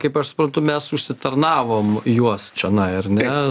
kaip aš suprantu mes užsitarnavom juos čionai ar ne